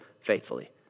faithfully